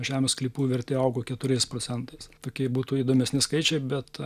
žemės sklypų vertė augo keturiais procentais tokie būtų įdomesni skaičiai bet